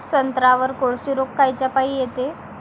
संत्र्यावर कोळशी रोग कायच्यापाई येते?